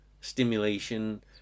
stimulation